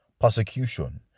persecution